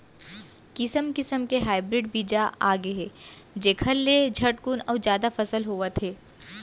किसम किसम के हाइब्रिड बीजा आगे हे जेखर ले झटकुन अउ जादा फसल होवत हे